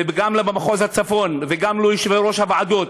וגם למחוז הצפון וגם ליושבי-ראש הוועדות,